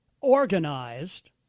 organized